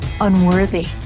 unworthy